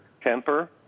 temper